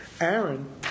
Aaron